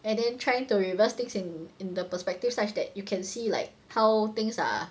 and then trying to reverse things in in the perspective such that you can see like how things are